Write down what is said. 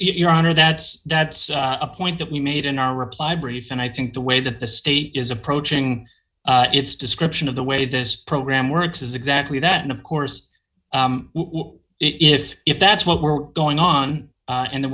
your honor that's that's a point that you made in our reply brief and i think the way that the state is approaching its description of the way this program works is exactly that and of course if if that's what we're going on and there